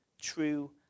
true